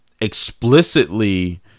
explicitly